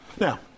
Now